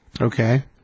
Okay